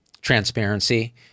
transparency